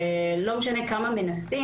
לא משנה כמה מנסים.